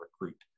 recruit